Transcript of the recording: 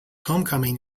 homecoming